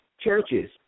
churches